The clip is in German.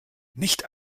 nicht